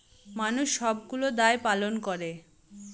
মানুষ সবগুলো দায় পালন করে